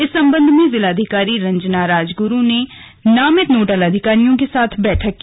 इस संबंध में जिलाधिकारी रंजना राजगुरु ने नामित नोडल अधिकारियों के साथ बैठक की